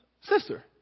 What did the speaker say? sister